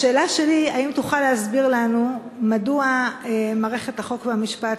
השאלה שלי: האם תוכל להסביר לנו מדוע מערכת החוק והמשפט,